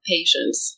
Patience